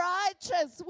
righteous